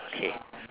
okay